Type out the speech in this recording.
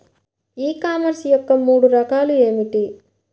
ఈ కామర్స్ యొక్క మూడు రకాలు ఏమిటి?